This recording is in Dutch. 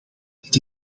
dat